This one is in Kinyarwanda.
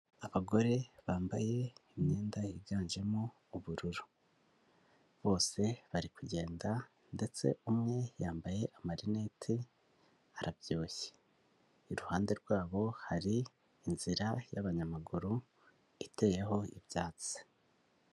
Abagore bambaye imyenda yiganjemo ubururu bose bari kugenda ndetse umwe yambaye amarinete arabyibushye, i ruhande rwabo hari inzira y'abanyamaguru iteyeho ibyatsi.